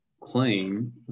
claim